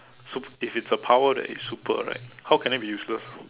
so if it is a power that is super right how can it be useless